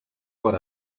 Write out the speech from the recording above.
what